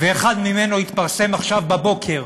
ואחד מהם התפרסם עכשיו, בבוקר,